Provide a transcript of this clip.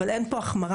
אבל אין פה החמרה.